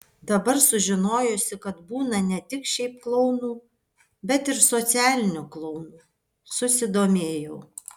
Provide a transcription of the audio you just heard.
dabar sužinojusi kad būna ne tik šiaip klounų bet ir socialinių klounų susidomėjau